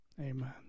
Amen